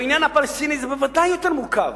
בעניין הפלסטיני זה בוודאי יותר מורכב.